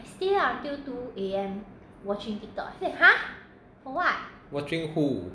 watching who